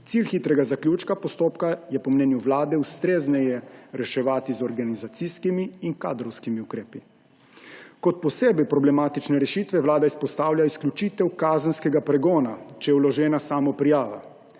Cilj hitrega zaključka postopka je po mnenju Vlade ustrezneje reševati z organizacijskimi in kadrovskimi ukrepi. Kot posebej problematične rešitve Vlada izpostavlja izključitev kazenskega pregona, če je vložena samoprijava.